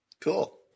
Cool